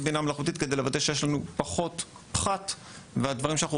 בינה מלאכותית כדי לוודא שיש לנו פחות פחת והדברים שאנחנו